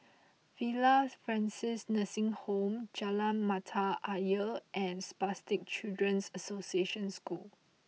Villa Francis Nursing Home Jalan Mata Ayer and Spastic Children's Association School